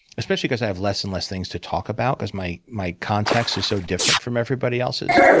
especially because i have less and less things to talk about, because my my contacts are so different from everybody else's,